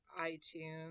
iTunes